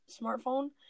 smartphone